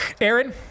Aaron